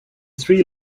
three